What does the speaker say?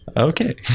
Okay